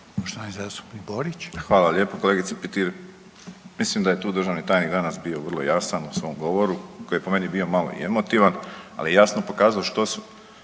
**Borić, Josip (HDZ)** Hvala lijepo kolegice Petir. Mislim da je tu državni tajnik danas bio vrlo jasan u svom govori, koji je po meni bio malo i emotivan, ali je jasno pokazao što su